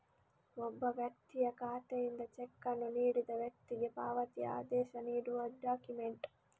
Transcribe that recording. ಒಬ್ಬ ವ್ಯಕ್ತಿಯ ಖಾತೆಯಿಂದ ಚೆಕ್ ಅನ್ನು ನೀಡಿದ ವ್ಯಕ್ತಿಗೆ ಪಾವತಿ ಆದೇಶ ನೀಡುವ ಡಾಕ್ಯುಮೆಂಟ್